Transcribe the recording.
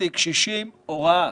שלישית, הוראה.